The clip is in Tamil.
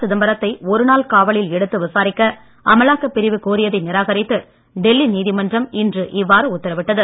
சிதம்பரத்தை ஒருநாள் காவலில் எடுத்து விசாரிக்க அமலாக்கப் பிரிவு கோரியதை நிராகரித்து டெல்லி நீதிமன்றம் இன்று இவ்வாறு உத்தரவிட்டது